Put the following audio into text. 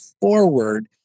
forward